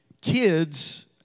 Kids